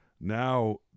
now